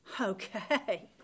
Okay